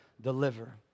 deliver